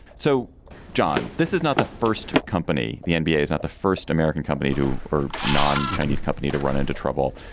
so john this is not the first company the and nba is not the first american company to or non chinese company to run into trouble.